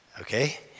Okay